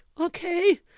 Okay